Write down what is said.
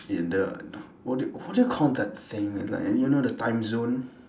in the what do what do you call that thing like you know the timezone